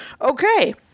okay